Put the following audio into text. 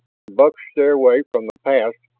on buck's stairway from the past,